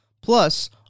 plus